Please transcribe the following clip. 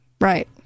Right